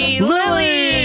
Lily